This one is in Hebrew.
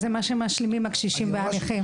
זה מה שמשלימים הקשישים והנכים?